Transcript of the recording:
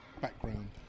background